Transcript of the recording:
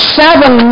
seven